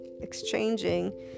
exchanging